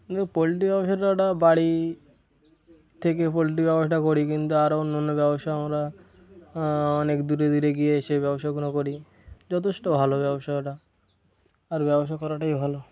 কিন্তু পোলট্রি ব্যবসাটা ওটা বাড়ি থেকে পোলট্রি ব্যবসাটা করি কিন্তু আরও অন্য অন্য ব্যবসা আমরা অনেক দূরে দূরে গিয়ে সেই ব্যবসাগুলো করি যথেষ্ট ভালো ব্যবসাটা আর ব্যবসা করাটাই ভালো